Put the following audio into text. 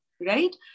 right